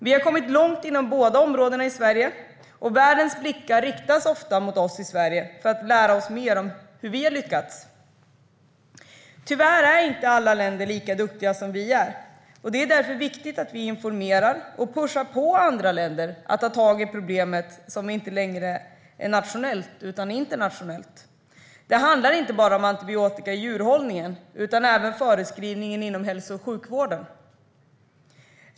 Vi har kommit långt inom båda områdena i Sverige, och världens blickar riktas ofta mot oss för att lära sig mer om hur vi lyckas. Tyvärr är inte alla länder lika duktiga som vi, och det är därför viktigt att vi informerar och pushar på andra länder att ta tag i problemet, som inte längre är nationellt utan internationellt. Det handlar inte bara om antibiotika i djurhållningen utan även om förskrivning inom hälso och sjukvården.